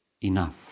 enough